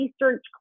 research